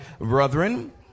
brethren